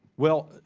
well,